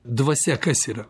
dvasia kas yra